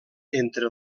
entre